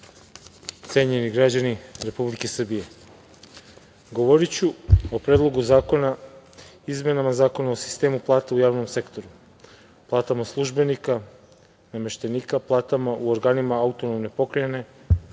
cenjeni građani Republike Srbije, govoriću o Predlogu zakona o izmenama Zakona o sistemu plata u javnom sektoru, platama službenika, nameštenika, platama u organima autonomne pokrajine,